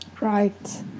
Right